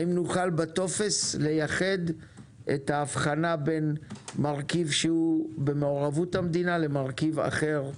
האם נוכל בטופס לייחד את ההבחנה בין מרכיב שבמעורבות המדינה למרכיב אחר,